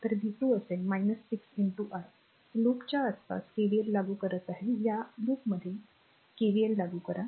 तर v 2 असेल 6 i लूपच्या आसपास KVL लागू करत आहे या लूपमध्ये यामध्ये KVL लागू करा